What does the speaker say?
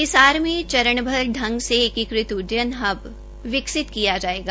हिसार में चरणबद्व ांग से एकीकृत उड्डयन हब विकसित किया जायोगा